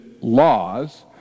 laws